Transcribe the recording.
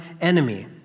enemy